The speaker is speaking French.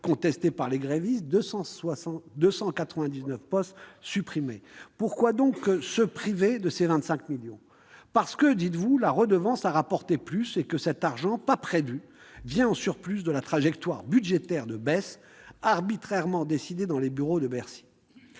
contesté par les grévistes prévoit 299 suppressions de plus d'ici à 2022. Pourquoi donc se priver de ces 25 millions d'euros ? Parce que, dites-vous, la redevance a rapporté plus, et que cet argent non prévu vient en surplus de la trajectoire budgétaire de baisse, arbitrairement décidée dans les bureaux de Bercy